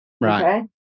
Right